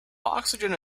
oxygen